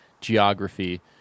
geography